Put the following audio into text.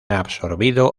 absorbido